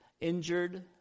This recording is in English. injured